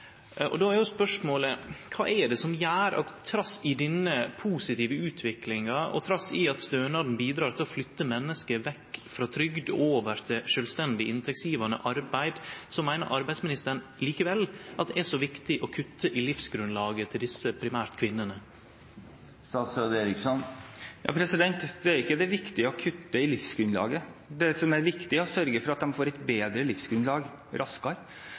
effekt. Då er jo spørsmålet: Kva er det som gjer at trass i denne positive utviklinga og trass i at stønaden bidreg til å flytte menneske vekk frå trygd og over til sjølvstendig inntektsgjevande arbeid, meiner arbeidsministeren likevel at det er så viktig å kutte i livsgrunnlaget til desse, primært kvinnene? Det er ikke viktig å kutte i livsgrunnlaget. Det som er viktig, er å sørge for at de får et bedre livsgrunnlag